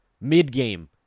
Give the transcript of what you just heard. Mid-game